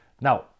Now